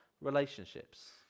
relationships